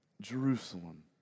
Jerusalem